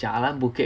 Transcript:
jalan-bukit